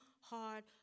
hard